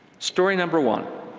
story number one